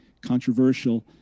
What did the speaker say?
controversial